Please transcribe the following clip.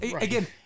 Again